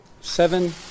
seven